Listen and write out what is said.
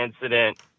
incident